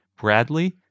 Bradley